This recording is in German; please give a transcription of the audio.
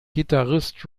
gitarrist